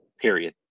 period